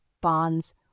bonds